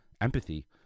empathy